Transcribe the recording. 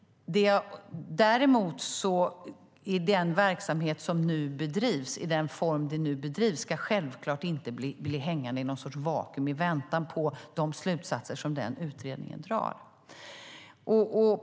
Den verksamhet i den form den nu bedrivs ska självklart inte bli hängande i någon sorts vakuum i väntan på utredningens slutsatser.